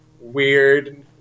weird